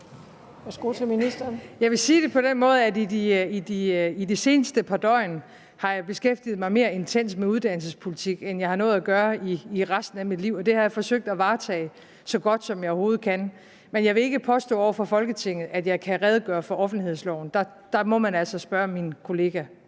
vil sige det på den måde, at i de seneste par døgn har jeg beskæftiget mig mere intenst med uddannelsespolitik, end jeg har nået at gøre i resten af mit liv, og det har jeg forsøgt at varetage så godt, som jeg overhovedet kunne. Men jeg vil ikke påstå over for Folketinget, at jeg kan redegøre for offentlighedsloven. Der må man altså spørge min kollega,